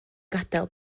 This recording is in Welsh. gadael